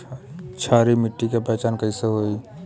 क्षारीय माटी के पहचान कैसे होई?